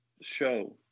show